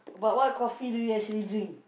but what coffee do you actually drink